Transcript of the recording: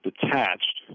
detached